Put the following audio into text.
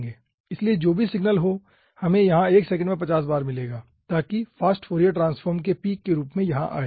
इसलिए जो भी सिग्नल हो हमे यहां एक सेकंड में 50 बार मिलेगा ताकि फास्ट फोरियर ट्रांसफॉर्म के पीक के रूप में यहां आए